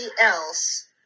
else